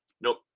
Nope